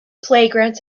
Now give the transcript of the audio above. playgrounds